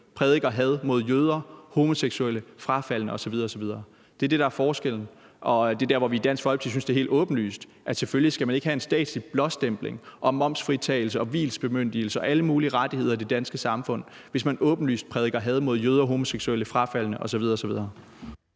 prædiker had mod jøder, homoseksuelle, frafaldne osv. osv. Det er det, der er forskellen, og det er der, hvor vi i Dansk Folkeparti synes, det er helt åbenlyst, at selvfølgelig skal man ikke have en statslig blåstempling og momsfritagelse og vielsesbemyndigelse og alle mulige rettigheder i det danske samfund, hvis man åbenlyst prædiker had mod jøder, homoseksuelle, frafaldne osv.